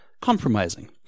compromising